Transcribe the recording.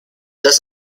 das